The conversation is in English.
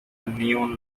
neon